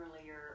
earlier